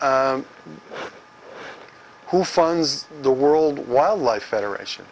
who funds the world wildlife federation